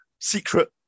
secret